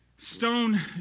Stone